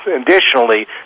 Additionally